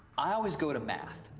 i always go to math.